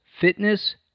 fitness